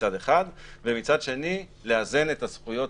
מצד אחד; ומצד שני לאזן את הזכויות,